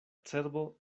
cerbo